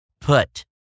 put